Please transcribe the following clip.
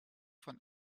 von